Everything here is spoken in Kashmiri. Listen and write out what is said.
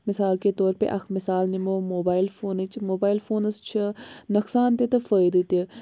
مِثال کے طور پےَ اَکھ مِثال نِمو موبایِل فونٕچ موبایِل فونَس چھِ نۄقصان تہِ فٲیِدٕ تہِ